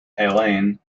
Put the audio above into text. alain